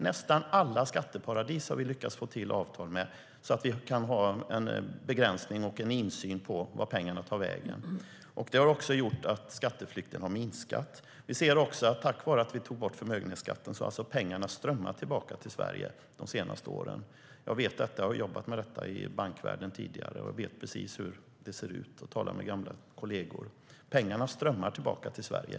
Nästan alla skatteparadis har vi lyckats få till avtal med så att vi kan ha en begränsning av och en insyn i vart pengarna tar vägen. Det har gjort att skatteflykten har minskat. Vi ser också att tack vare att vi tog bort förmögenhetsskatten har pengar strömmat tillbaka till Sverige de senaste åren. Jag vet detta, för jag har jobbat med det här i bankvärlden tidigare. Jag vet precis hur det ser ut, och jag talar med gamla kolleger. Pengarna strömmar tillbaka till Sverige.